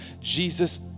Jesus